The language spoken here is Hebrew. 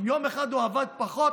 אם יום אחד הוא עבד פחות,